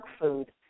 food